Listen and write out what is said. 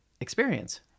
experience